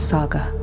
Saga